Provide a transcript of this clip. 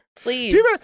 Please